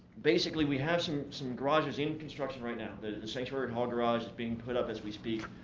basically we have some some garages in construction right now. the sanctuary hall garage is being put up as we speak,